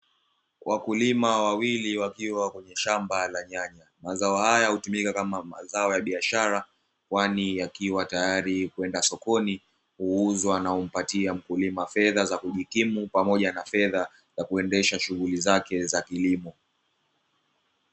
Wakulima wawili wakiwa kwenye shamba la nyanya, mazao haya hutumika kama mazao ya biashara kwani yakiwa tayari kwenda sokoni kuuzwa na humpatia mkulima fedha za kujikimu pamoja na kuendesha shughuli zake za kilimo.